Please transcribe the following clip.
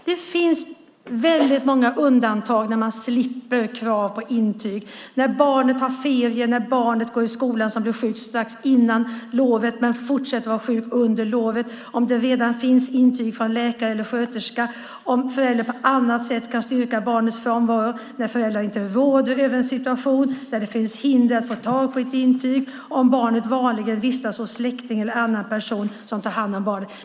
Det finns många undantag när man slipper krav på intyg: när barnet har ferier, när barnet går i skolan och blir sjukt strax innan lovet men fortsätter att vara sjukt under lovet om det redan finns intyg från läkare eller sköterska, om föräldern på annat sätt kan styrka barnets frånvaro när föräldrar inte råder över en situation där det finns hinder att få tag på ett intyg, om barnet vanligen vistas hos släkting eller annan person som tar hand om barnet.